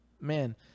man